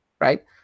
right